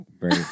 very-